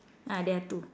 ah there are two